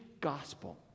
gospel